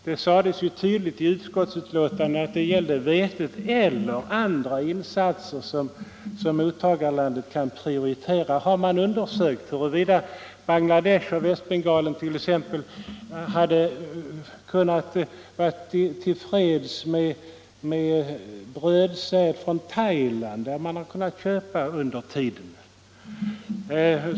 Det sades i utskottsbetänkandet tydligt att det gällde leveranser av vete eller andra insatser som mottagarlandet kan prioritera. Har man undersökt hurvida Bangladesh eller Västbengalen t.ex. kunnat vara till freds med brödsäd från Thailand, där man under tiden hade kunnat köpa sådan?